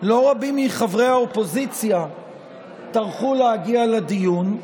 לא רבים מחברי האופוזיציה טרחו להגיע לדיון.